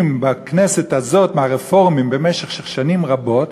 בכנסת הזאת מהרפורמים במשך שנים רבות,